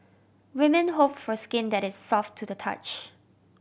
women hope for skin that is soft to the touch